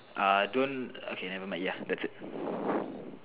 uh don't okay never mind ya that's it